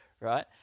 right